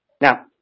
Now